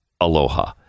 Aloha